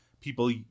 people